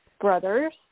brothers